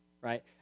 Right